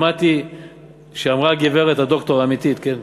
שמעתי הגברת, הד"ר האמיתית, כן,